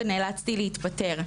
ונאלצתי להתפטר.